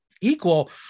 equal